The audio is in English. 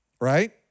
right